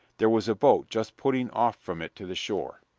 there was a boat just putting off from it to the shore.